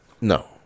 no